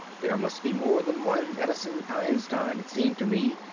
there must be more than one edison-einstein, it seemed to me,